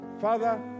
Father